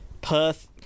Perth